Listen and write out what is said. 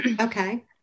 Okay